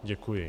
Děkuji.